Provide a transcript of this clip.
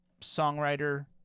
songwriter